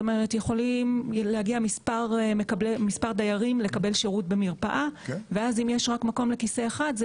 יכולים להגיע מספר דיירים לקבל שירות במרפאה ואם יש מקום רק לכיסא אחד,